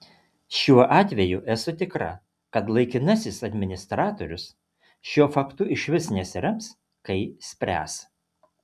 šiuo atveju esu tikra kad laikinasis administratorius šiuo faktu išvis nesirems kai spręs